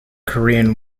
korean